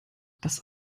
das